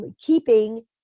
keeping